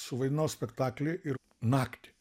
suvaidinau spektaklį ir naktį